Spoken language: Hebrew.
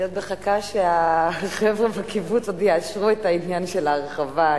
אני עוד מחכה שהחבר'ה בקיבוץ יאשרו את העניין של ההרחבה.